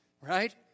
right